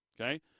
okay